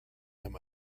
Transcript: him